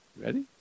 Ready